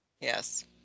Yes